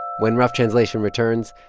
when rough translation returns,